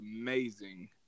amazing